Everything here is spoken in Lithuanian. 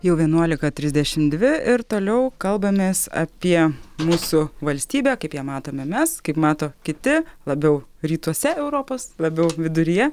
jau vienuolika trisdešim dvi ir toliau kalbamės apie mūsų valstybę kaip ją matome mes kaip mato kiti labiau rytuose europos labiau viduryje